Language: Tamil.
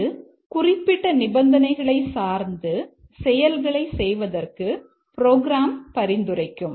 இங்கு குறிப்பிட்ட நிபந்தனைகளை சார்ந்து செயல்களை செய்வதற்கு ப்ரோகிராம் பரிந்துரைக்கும்